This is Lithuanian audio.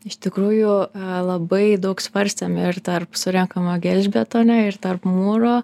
iš tikrųjų labai daug svarstėm ir tarp surenkamo gelžbetonio ir tarp mūro